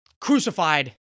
crucified